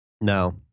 No